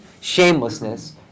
shamelessness